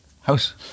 House